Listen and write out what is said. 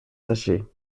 sachets